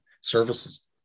services